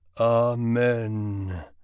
Amen